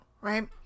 right